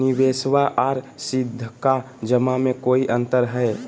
निबेसबा आर सीधका जमा मे कोइ अंतर हय?